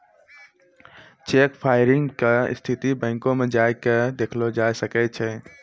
cheque clearing के स्थिति बैंको मे जाय के देखलो जाय सकै छै